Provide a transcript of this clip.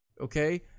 okay